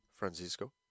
Francisco